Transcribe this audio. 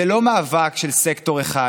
זה לא מאבק של סקטור אחד.